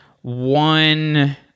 one